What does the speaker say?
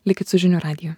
likit su žinių radiju